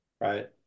Right